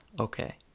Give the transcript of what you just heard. Okay